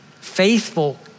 faithful